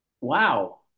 wow